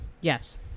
Yes